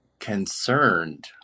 Concerned